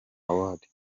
awards